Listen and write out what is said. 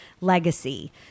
legacy